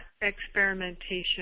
experimentation